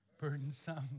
burdensome